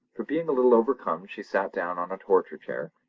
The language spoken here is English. for being a little overcome she sat down on a torture chair,